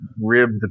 ribbed